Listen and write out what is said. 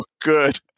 good